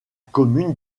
commune